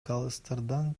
калыстардын